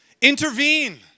intervene